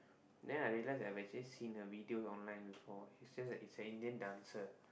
then I realise that I've actually seen her video online before is just a it's a Indian dancer